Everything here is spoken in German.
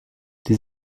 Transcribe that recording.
die